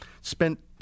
spent